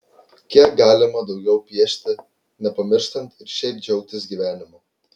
kiek galima daugiau piešti nepamirštant ir šiaip džiaugtis gyvenimu